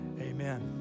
Amen